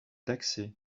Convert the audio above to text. taxés